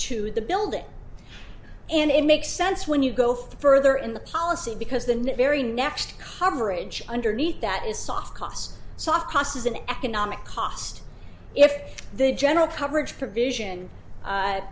to the building and it makes sense when you go further in the policy because the new very next coverage underneath that is soft costs soft cost is an economic cost if the general coverage provision